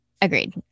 Agreed